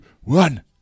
one